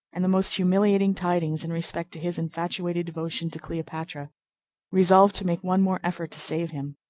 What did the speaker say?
and the most humiliating tidings in respect to his infatuated devotion to cleopatra resolved to make one more effort to save him.